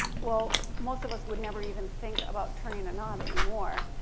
well, most of us would never even think about turning a knob anymore.